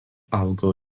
augo